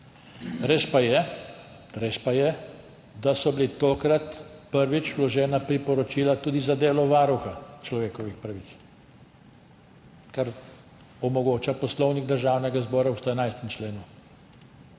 res pa je, da so bila tokrat prvič vložena priporočila tudi za delo Varuha človekovih pravic, kar omogoča Poslovnik Državnega zbora v 111. členu.